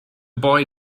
boy